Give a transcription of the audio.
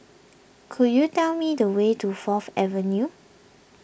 could you tell me the way to Fourth Avenue